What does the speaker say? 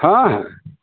हँ